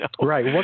Right